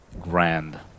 grand